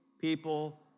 people